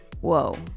Whoa